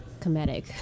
comedic